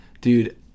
Dude